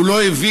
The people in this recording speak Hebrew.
הוא לא הבין?